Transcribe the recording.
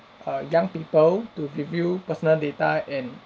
err young people to review personal data and